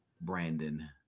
Brandon